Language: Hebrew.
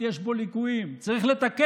ותוכנית שתביאו תהיה לגמרי